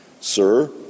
Sir